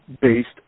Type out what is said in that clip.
based